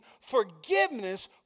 forgiveness